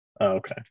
okay